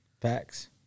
Facts